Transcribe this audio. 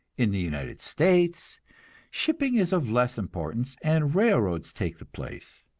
in the united states shipping is of less importance, and railroads take the place.